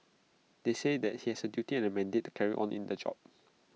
they said that he has A duty and A mandate to carry on in the job